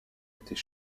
était